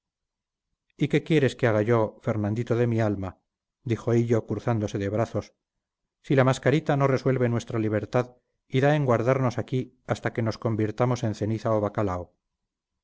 y qué quieres que haga yo fernandito de mi alma dijo hillo cruzándose de brazos si la mascarita no resuelve nuestra libertad y da en guardarnos aquí hasta que nos convirtamos en cecina o bacalao